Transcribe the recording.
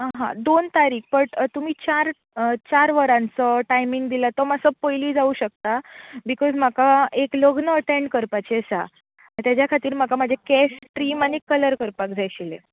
आं हां दोन तारीक बट तुमी चार चार वरांचो टायमींंग दिला तो मात्सो पयली जावूंक शकता बिकोज म्हाका एक लग्न अटँड करपाचें आसा तेज्या खातीर म्हाका म्हाजे केस ट्रीम आनी कलर करपाक जाय आशिल्ले